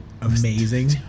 amazing